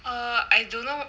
err I dunno